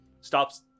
stops